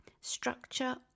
structure